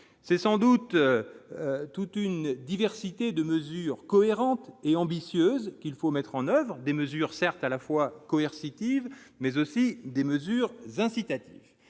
c'est sans doute toute une diversité de mesures cohérentes et ambitieuses qu'il faut mettre en oeuvre des mesures certes à la fois colère si TIW mais aussi des mesures incitatives,